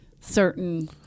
certain